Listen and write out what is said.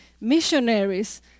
Missionaries